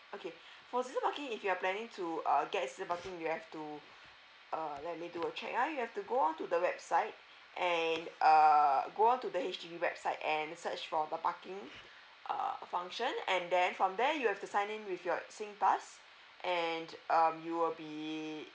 okay for season parking if you are planning to uh get a season parking you have to uh let me do a check ya you have to go on to the website and uh go on to the H_D_B website and search for the parking uh function and then from there you have to sign in with your singpass and um you will be